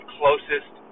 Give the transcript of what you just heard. closest